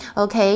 ok